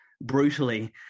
brutally